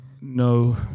No